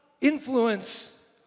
influence